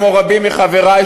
כמו רבים מחברי,